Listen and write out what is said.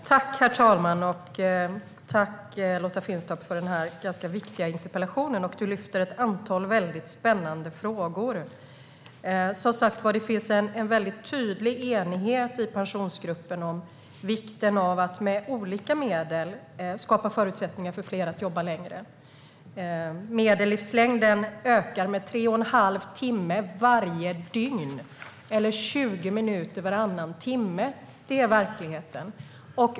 Herr talman! Jag tackar Lotta Finstorp för denna ganska viktiga interpellation. Hon lyfter fram ett antal mycket spännande frågor. Det finns, som sagt, en mycket tydlig enighet i Pensionsgruppen om vikten av att man med olika medel skapar förutsättningar för fler att jobba längre. Medellivslängden ökar med tre och en halv timme varje dygn, eller med 20 minuter varannan timme. Det är verkligheten.